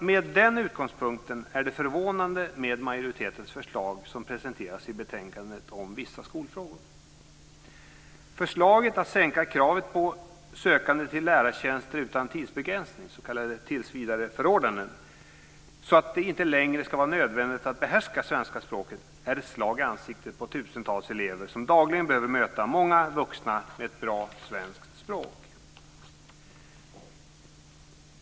Med den utgångspunkten är det förvånande med majoritetens förslag som presenteras i betänkandet om vissa skolfrågor. Förslaget att sänka kravet på sökande till lärartjänster utan tidsbegränsning, s.k. tillsvidareförordnanden, så att det inte längre ska vara nödvändigt att behärska svenska språket är ett slag i ansiktet på tusentals elever som dagligen behöver möta många vuxna med ett bra svenskt språk.